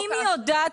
ואם היא יודעת,